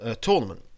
tournament